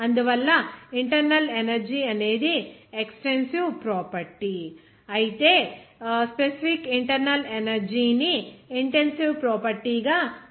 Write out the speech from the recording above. అందువల్ల internal energy అనేది extensive property అయితే స్పెసిఫిక్ ఇంటర్నల్ ఎనర్జీ ని ఇంటెన్సివ్ ప్రాపర్టీ గా పిలుస్తారు